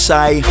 Say